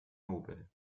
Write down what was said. nobel